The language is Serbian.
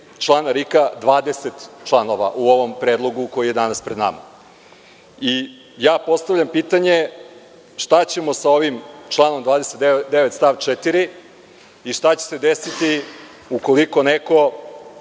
člana RIK-a 20 članova u ovom predlogu koji je danas pred nama. Postavljam pitanje – šta ćemo sa ovim članom 29. stav 4. i šta će se desiti ukoliko neko